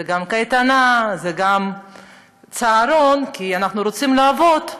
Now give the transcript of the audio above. זה גם קייטנה, זה גם צהרון, כי אנחנו רוצים לעבוד,